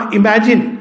imagine